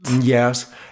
Yes